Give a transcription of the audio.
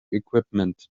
equipment